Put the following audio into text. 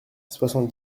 soixante